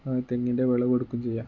ആ തെങ്ങിൻ്റെ വിളവ് എടുക്കുകയും ചെയ്യാം